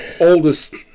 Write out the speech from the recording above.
oldest